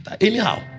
Anyhow